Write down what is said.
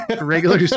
regular